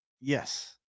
Yes